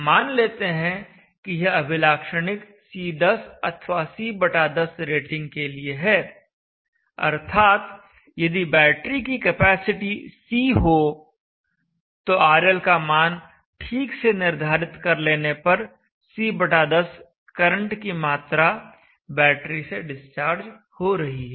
मान लेते हैं कि यह अभिलाक्षणिक C10 अथवा C10 रेटिंग के लिए है अर्थात यदि बैटरी की कैपेसिटी C हो तो RL का मान ठीक से निर्धारित कर लेने पर C10 करंट की मात्रा बैटरी से डिस्चार्ज हो रही है